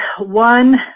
one